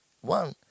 One